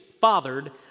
fathered